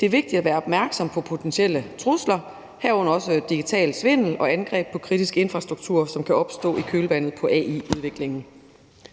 Det er vigtigt at være opmærksom på potentielle trusler, herunder også digital svindel og angreb på kritisk infrastruktur, som kan opstå i kølvandet på AI-udviklingen.